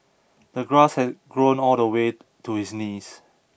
the grass had grown all the way to his knees